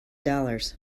dollars